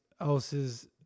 else's